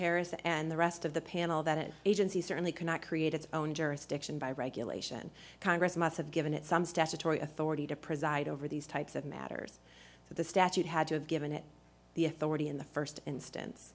harris and the rest of the panel that it agency certainly cannot create its own jurisdiction by regulation congress must have given it some statutory authority to preside over these types of matters that the statute had to have given it the authority in the st instance